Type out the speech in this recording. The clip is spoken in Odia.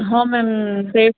ହଁ ମ୍ୟାମ୍ ସେ